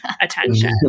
attention